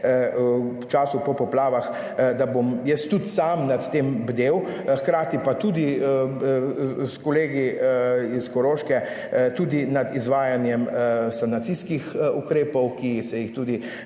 v času po poplavah, da bom jaz tudi sam nad tem bdel, hkrati pa tudi s kolegi iz Koroške, tudi nad izvajanjem sanacijskih ukrepov, ki se jih tudi